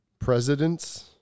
Presidents